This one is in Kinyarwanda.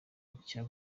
nshya